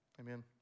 Amen